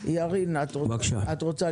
בבקשה.